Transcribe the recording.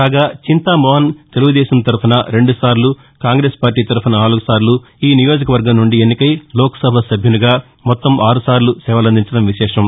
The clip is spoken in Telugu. కాగా చింతా మోహన్ తెలుగుదేశం తరపున రెండుసార్లు కాంగ్రెస్ పార్లీ తరపున నాలుగుసార్లు ఈ నియోజకవర్గం నుండి ఎన్నికై లోక్సభ సభ్యునిగా మొత్తం ఆరుసార్లు సేవలందించడం విశేషం